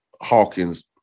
Hawkins